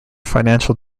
financial